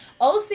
OC